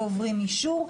ועוברים אישור,